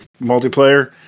multiplayer